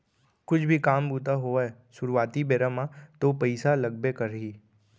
कुछु भी काम बूता होवय सुरुवाती बेरा म तो पइसा लगबे करही